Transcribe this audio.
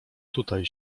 tutaj